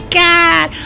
god